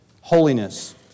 holiness